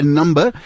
number